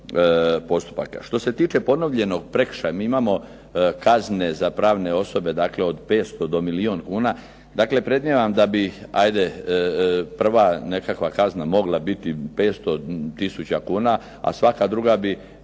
Što se tiče ponovljenog prekršaja, mi imamo kazne za pravne osobe dakle od 500 do milijun kuna. Dakle, predmnijevam da bi ajde prva nekakva kazna mogla biti 500 tisuća kuna, a svaka druga bi